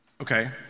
Okay